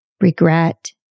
regret